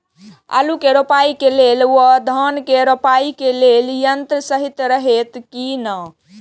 आलु के रोपाई के लेल व धान के रोपाई के लेल यन्त्र सहि रहैत कि ना?